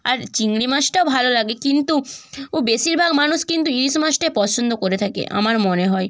আর চিংড়ি মাছটাও ভালো লাগে কিন্তু বেশিরভাগ মানুষ কিন্তু ইলিশ মাছটাই পছন্দ করে থাকে আমার মনে হয়